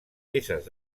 peces